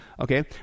okay